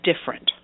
different